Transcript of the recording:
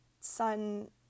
sun